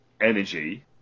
energy